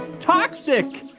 toxic